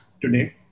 today